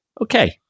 okay